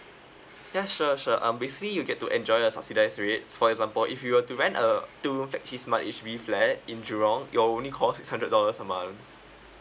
ya sure sure um basically you get to enjoy a subsidise rates for example if you were to rent a two room flexi smart H_D_B flat in jurong it'll only cost hundred dollars a month